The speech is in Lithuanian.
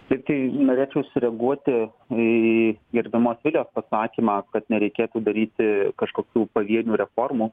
šiaip tai norėčiau sureaguoti į gerbiamos vilijos pasakymą kad nereikėtų daryti kažkokių pavienių reformų